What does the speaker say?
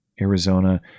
Arizona